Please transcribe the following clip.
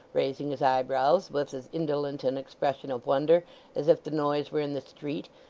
raising his eyebrows with as indolent an expression of wonder as if the noise were in the street,